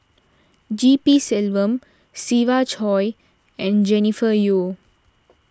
G P Selvam Siva Choy and Jennifer Yeo